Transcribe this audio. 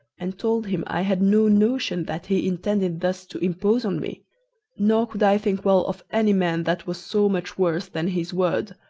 and told him i had no notion that he intended thus to impose on me nor could i think well of any man that was so much worse than his word.